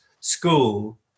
school